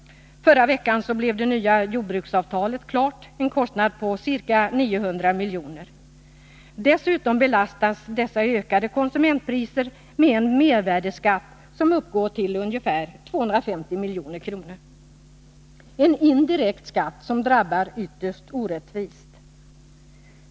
Förra veckan blev det nya jordbruksavtalet klart, en kostnad på ca 900 milj.kr. Dessutom belastas dessa ökade konsumentpriser med en mervärdeskatt som uppgår till 250 milj.kr. Det är en indirekt skatt som drabbar ytterst orättvist.